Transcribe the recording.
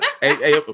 hey